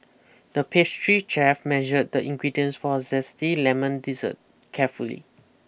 the pastry chef measured the ingredients for a zesty lemon dessert carefully